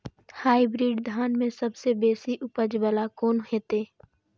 Hybrid धान में सबसे बेसी उपज बाला कोन हेते?